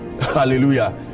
Hallelujah